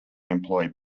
employ